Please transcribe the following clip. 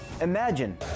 Imagine